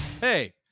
hey